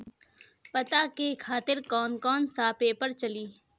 पता के खातिर कौन कौन सा पेपर चली?